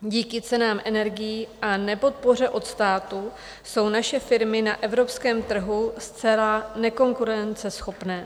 Díky cenám energií a nepodpoře od státu jsou naše firmy na evropském trhu zcela nekonkurenceschopné.